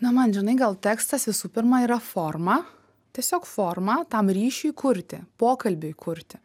na man žinai gal tekstas visų pirma yra forma tiesiog forma tam ryšiui kurti pokalbiui kurti